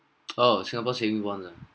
oh singapore saving bonds ah